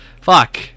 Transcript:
fuck